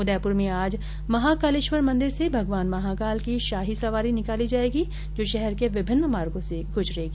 उदयपुर में आज महाकालेकश्वर मंदिर से भगवान महाकाल की शाही सवारी निकाली जायेगी जो शहर के विभिन्न मार्गो से गुजरेगी